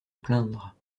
plaindre